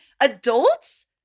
Adults